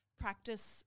practice